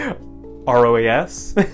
ROAS